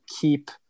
keep